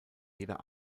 jeder